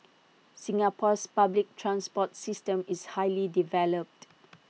Singapore's public transport system is highly developed